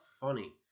funny